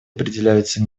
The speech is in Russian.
определяются